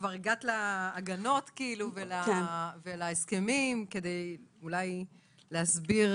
כבר הגעת להגנות ולהסכמים, אולי כדי להסביר